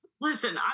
Listen